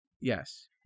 Yes